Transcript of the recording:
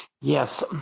yes